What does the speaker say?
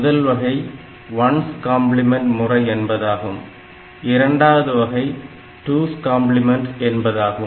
முதல் வகை 1's complement 1's complement முறை என்பதாகும் இரண்டாவது வகை 2's கம்பிளிமெண்ட் 2's complement என்பதாகும்